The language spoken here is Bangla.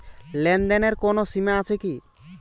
লেনদেনের কোনো সীমা আছে কি?